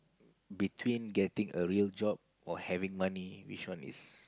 between getting a real job or having money which one is